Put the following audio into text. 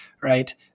right